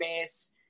base